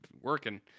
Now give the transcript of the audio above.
working